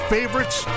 favorites